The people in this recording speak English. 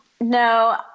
No